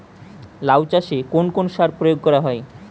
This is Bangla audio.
লাউ চাষে কোন কোন সার প্রয়োগ করা হয়?